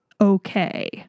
okay